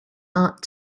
art